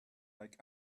like